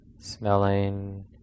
smelling